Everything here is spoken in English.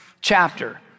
chapter